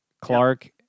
Clark